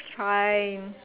fine